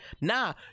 Nah